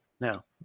Now